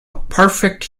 perfect